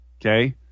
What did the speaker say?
Okay